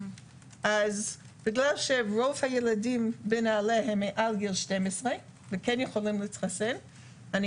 בגלל שרוב הילדים בנעל"ה מעל גיל 12 ויכולים להתחסן אני